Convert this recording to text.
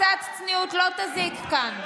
קצת צניעות לא תזיק כאן.